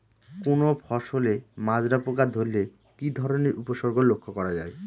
কোনো ফসলে মাজরা পোকা ধরলে কি ধরণের উপসর্গ লক্ষ্য করা যায়?